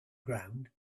ground